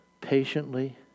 Patiently